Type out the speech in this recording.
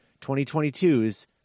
2022's